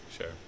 sure